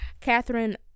Catherine